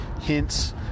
hints